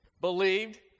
believed